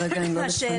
כרגע הן לא לפנינו.